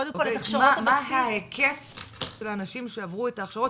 זאת אומרת, מה היקף של האנשים שעברו את ההכשרות?